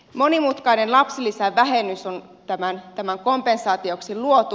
monimutkainen lapsilisävähennys on tämän kompensaatioksi luotu